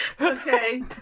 Okay